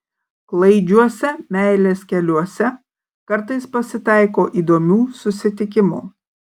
klaidžiuose meilės keliuose kartais pasitaiko įdomių susitikimų